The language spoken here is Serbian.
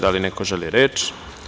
Da li neko želi reč?